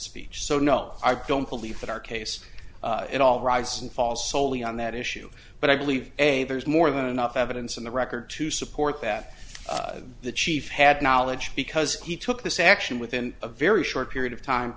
speech so no i don't believe that our case at all rises and falls soley on that issue but i believe a there's more than enough evidence on the record to support that the chief had knowledge because he took this action within a very short period of time